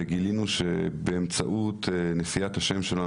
גילינו שבאמצעות נשיאת השם שלו,